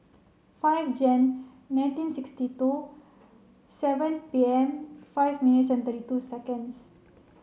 five Jan nineteen sixty two seven P M five minutes two seconds